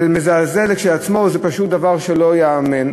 זה מזעזע כשלעצמו, זה פשוט דבר שלא ייאמן,